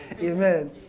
Amen